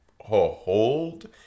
hold